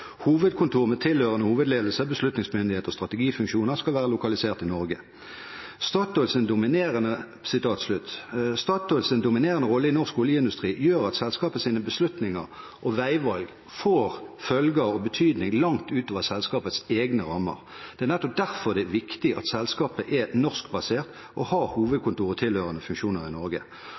Hovedkontor med tilhørende hovedledelse, beslutningsmyndighet og strategifunksjoner skal være lokalisert i Norge.» Statoils dominerende rolle i norsk oljeindustri gjør at selskapets beslutninger og veivalg får følger og betydning langt utover selskapets egne rammer. Det er nettopp derfor det er viktig at selskapet er norskbasert og har hovedkontor med tilhørende funksjoner i Norge.